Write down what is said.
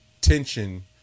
tension